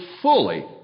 fully